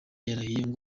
yarahiye